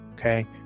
Okay